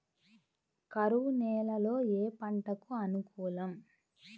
కరువు నేలలో ఏ పంటకు అనుకూలం?